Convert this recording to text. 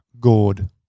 gourd